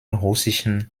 russischen